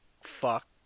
Fuck